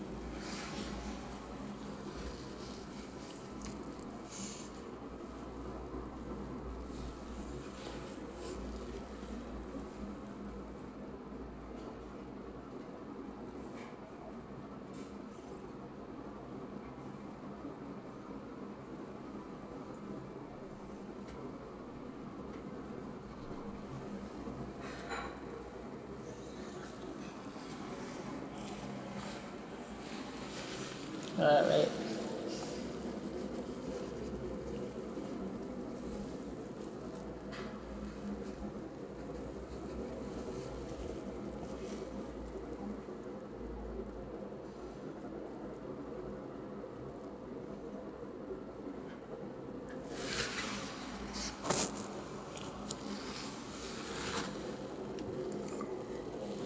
right right